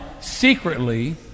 secretly